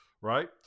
Right